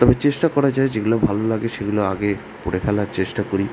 তবে চেষ্টা করা যায় যেগুলো ভালো লাগে সেগুলো আগে পড়ে ফেলার চেষ্টা করি